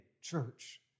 church